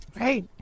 Right